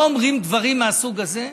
לא אומרים דברים מהסוג הזה.